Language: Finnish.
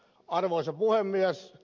arvoisa puhemies